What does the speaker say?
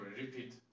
repeat